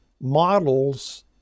models